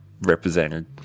represented –